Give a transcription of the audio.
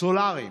סולריים,